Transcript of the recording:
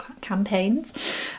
campaigns